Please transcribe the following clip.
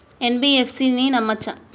NBFC ని నమ్మచ్చా?